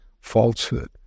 falsehood